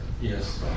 Yes